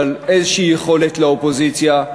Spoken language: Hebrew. אבל איזושהי יכולת לאופוזיציה,